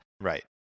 Right